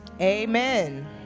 amen